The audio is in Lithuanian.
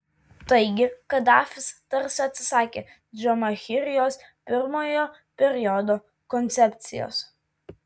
taigi kadafis tarsi atsisakė džamahirijos pirmojo periodo koncepcijos